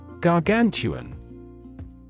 Gargantuan